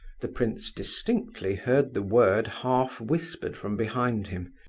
the prince distinctly heard the word half whispered from behind him.